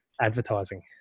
advertising